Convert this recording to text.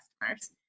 customers